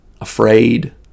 afraid